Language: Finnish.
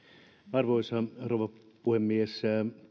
arvoisa rouva puhemies